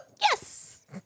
Yes